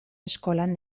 eskolan